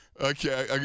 okay